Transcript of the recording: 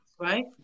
right